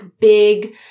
big